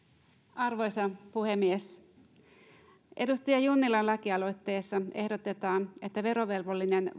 arvoisa puhemies edustaja junnilan lakialoitteessa ehdotetaan että verovelvollinen